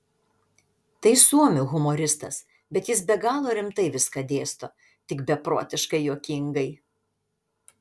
tai suomių humoristas bet jis be galo rimtai viską dėsto tik beprotiškai juokingai